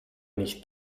nicht